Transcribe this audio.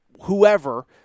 whoever